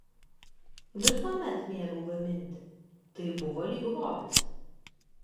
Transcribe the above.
visuomet mėgau gaminti tai buvo lyg hobis